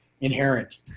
inherent